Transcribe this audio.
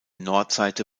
nordseite